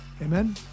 Amen